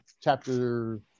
chapter